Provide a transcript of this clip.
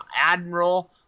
Admiral